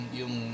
yung